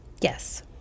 Yes